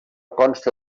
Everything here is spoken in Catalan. consta